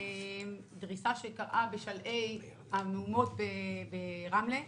דריסה שקרתה בשלהי המהומות ברמלה.